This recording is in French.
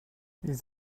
ils